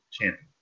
Champion